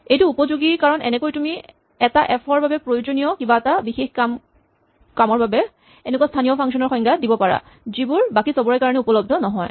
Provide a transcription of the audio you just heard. এইটো উপযোগী কাৰণ এনেকৈ তুমি এটা এফ ৰ বাবে প্ৰয়োজনীয় কিবা এটা বিশেষ কামৰ বাৰে এনেকুৱা স্হানীয় ফাংচন ৰ সংজ্ঞা দিব পাৰা যিবোৰ বাকী চবৰে কাৰণে উপলব্ধ নহয়